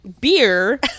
beer